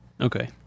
Okay